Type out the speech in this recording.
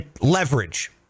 leverage